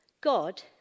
God